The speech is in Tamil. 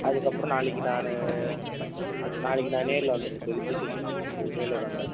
அதுக்கப்புறம் நாளைக்கு நான் நாளைக்கு நான் நேரில் வந்துடுறேன் சார் ரிஜிஸ்டரேஷன் ஆஃபீஸு வேலூராாண்ட